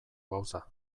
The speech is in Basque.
gauza